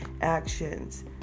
actions